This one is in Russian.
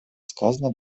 сказано